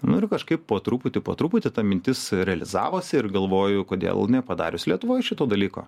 nu ir kažkaip po truputį po truputį ta mintis realizavosi ir galvoju kodėl nepadarius lietuvoj šito dalyko